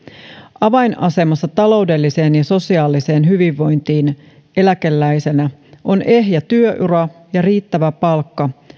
avainasemassa taloudelliseen ja sosiaaliseen hyvinvointiin eläkeläisenä on ehjä työura ja riittävä palkka